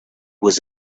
was